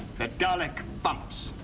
but dalek bumps.